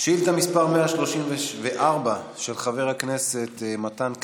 שאילתה מס' 134, של חבר הכנסת מתן כהנא: